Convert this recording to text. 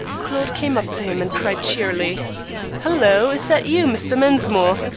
claude came up to him and cried cheerily hello! is that you, mr. mensmore?